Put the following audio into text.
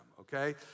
okay